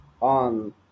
on